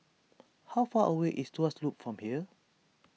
how far away is Tuas Loop from here